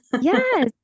Yes